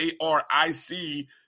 A-R-I-C